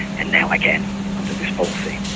and now i can under this policy.